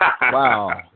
Wow